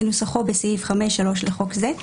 כנוסחו בסעיף 5(3) לחוק זה,